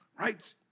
Right